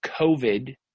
covid